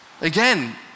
Again